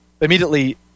immediately